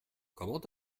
comment